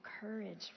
courage